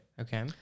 Okay